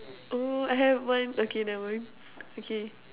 oh I have one okay never mind okay